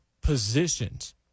positions